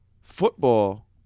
Football